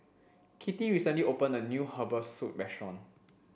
Kittie recently opened a new Herbal Soup Restaurant